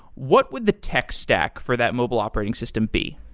what would the text stack for that mobile operating system be?